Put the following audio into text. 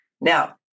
Now